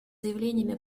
заявлениями